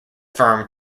firm